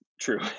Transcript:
true